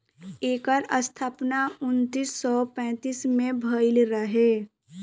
एकर स्थापना उन्नीस सौ पैंतीस में भइल रहे